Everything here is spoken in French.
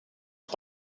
lui